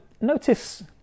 notice